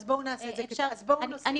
אז בואו נוסיף את